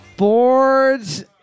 Boards